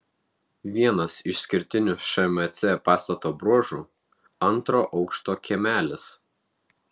vienas išskirtinių šmc pastato bruožų antro aukšto kiemelis